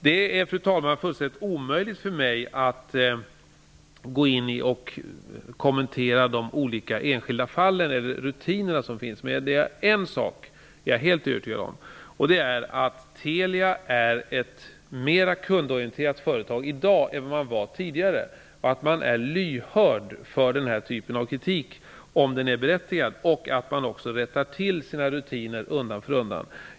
Det är, fru talman, fullständigt omöjligt för mig att kommentera de olika enskilda fallen eller rutinerna. Men en sak är jag helt övertygad om, och det är att Telia är ett mera kundorienterat företag i dag än det var tidigare och att man är lyhörd för den här typen av kritik, om den är berättigad, och att man också undan för undan rättar till rutinerna.